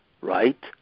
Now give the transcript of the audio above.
right